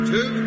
Two